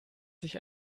sich